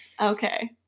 okay